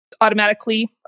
automatically